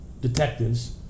detectives